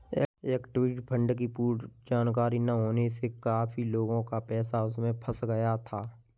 equity fund की पूर्ण जानकारी ना होने से काफी लोगों का पैसा उसमें फंस गया था